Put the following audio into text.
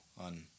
on